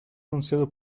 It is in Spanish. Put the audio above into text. anunciado